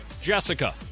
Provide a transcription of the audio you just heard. Jessica